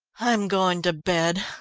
i'm going to bed.